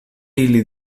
ili